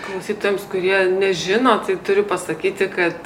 klausytojams kurie nežino tai turiu pasakyti kad